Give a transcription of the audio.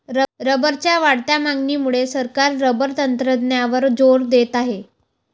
रबरच्या वाढत्या मागणीमुळे सरकार रबर तंत्रज्ञानावर जोर देत आहे